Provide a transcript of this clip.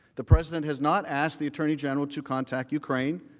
the president has not asked the attorney general to contact ukraine,